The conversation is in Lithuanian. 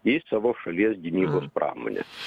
į savo šalies gynybos pramonę